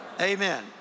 Amen